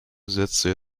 setzte